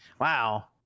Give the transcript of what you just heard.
wow